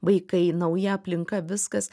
vaikai nauja aplinka viskas